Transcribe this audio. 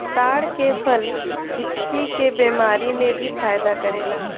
ताड़ के फल हिचकी के बेमारी में भी फायदा करेला